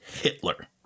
Hitler